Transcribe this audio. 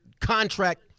contract